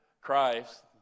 Christ